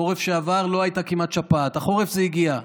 בחורף שעבר לא הייתה כמעט שפעת, החורף זה הגיע.